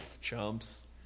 chumps